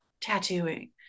tattooing